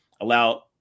allow